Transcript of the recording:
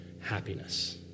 happiness